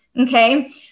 Okay